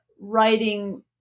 writing